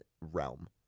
realm